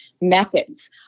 methods